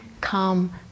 come